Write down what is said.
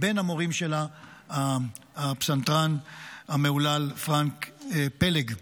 בין המורים שלה הפסנתרן המהולל פרנק פלג.